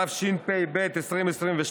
התשפ"ב 2022,